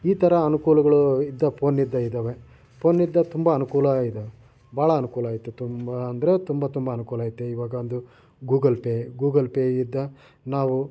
ಈ ಥರ ಅನುಕೂಲಗಳು ಇದ್ದ ಫೋನ್ನಿಂದ ಇದ್ದಾವೇ ಫೋನ್ನಿಂದ ತುಂಬ ಅನುಕೂಲ ಇದೆ ಬಹಳ ಅನುಕೂಲ ಐತೆ ತುಂಬ ಅಂದರೆ ತುಂಬ ತುಂ ಅನುಕೂಲ ಐತೆ ಇವಾಗ ಒಂದು ಗೂಗಲ್ ಪೇ ಗೂಗಲ್ ಪೇಯಿಂದ ನಾವು